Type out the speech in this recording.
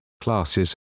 classes